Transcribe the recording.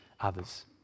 others